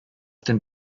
den